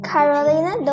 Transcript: Carolina